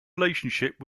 relationship